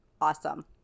awesome